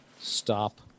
stop